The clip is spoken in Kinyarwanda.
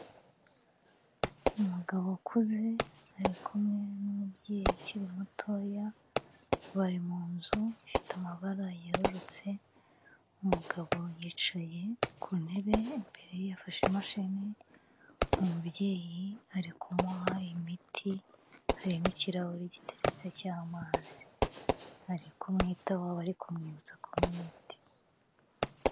Umugabo ukuze ari kumwe n'umubyeyi ukiri mutoya, bari mu nzu ifite amabara yerurutse. Umugabo yicaye ku ntebe imbere, afashe imashini umubyeyi ari kumuha imiti hari n'ikirahure giteretse cy'amazi ari kumwitaho ari kumwibutsa kunywa imiti.